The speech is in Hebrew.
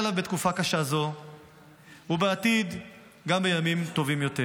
בתקופה קשה זו ובעתיד גם בימים טובים יותר.